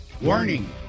Warning